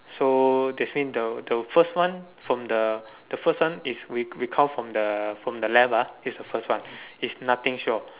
so this means the the first one from the the first one is we we come from from the left ah this is the first one is nothing short